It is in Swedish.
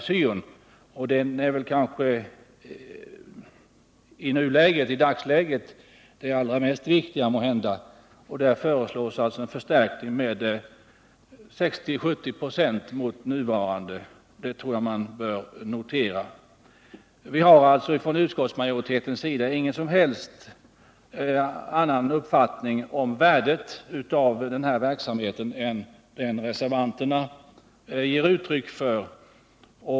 Denna verksamhet är kanske i dagsläget den mest viktiga på detta område, och här föreslås alltså en förstärkning med 60 å 70 96. Det tycker jag bör noteras. Utskottsmajoriteten har ingen som helst annan uppfattning om värdet av den här verksamheten än den reservanterna ger uttryck för.